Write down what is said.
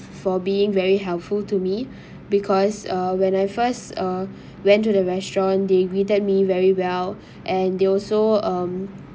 for being very helpful to me because uh when I first uh went to the restaurant they greeted me very well and they also um